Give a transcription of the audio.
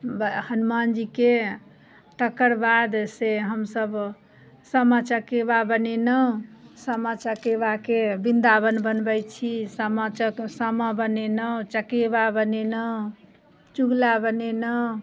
हनुमान जी के तकर बाद से हमसब सामा चकेवा बनेलहुॅं सामा चकेवा के बिंदाबन बनबै छी सामा चक सामा बनेलहुॅं चकेवा बनेलहुॅं चुगला बनेलहुॅं